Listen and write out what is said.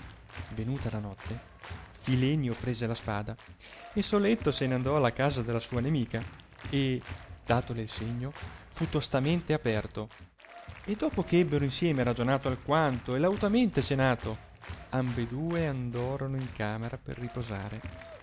venuta la notte filenio prese la spada e soletto se n andò alla casa della sua nemica e datole il segno fu tostamente aperto e dopo che ebbero insieme ragionato alquanto e lautamente cenato ambeduo andorono in camera per riposare